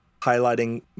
highlighting